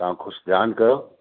तव्हां कुझु ध्यानु कयो